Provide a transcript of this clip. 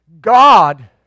God